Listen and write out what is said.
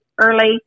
early